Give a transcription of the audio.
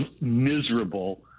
miserable